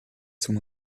zum